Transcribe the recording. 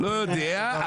לא יודע.